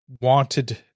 wanted